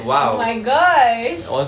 oh my gosh